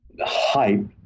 hype